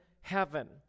heaven